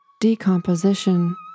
decomposition